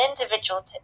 individual